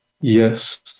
Yes